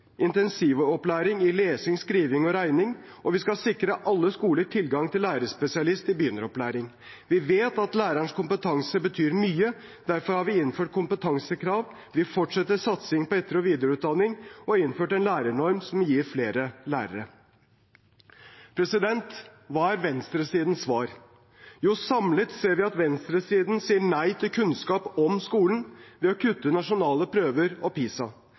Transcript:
intensivopplæring i lesing, skriving og regning, og vi skal sikre alle skoler tilgang til lærerspesialist i begynneropplæring. Vi vet at lærerens kompetanse betyr mye. Derfor har vi innført kompetansekrav, vi fortsetter satsingen på etter- og videreutdanning, og vi har innført en lærernorm som gir flere lærere. Hva er venstresidens svar? Jo, samlet ser vi at venstresiden sier nei til kunnskap om skolen ved å kutte nasjonale prøver og PISA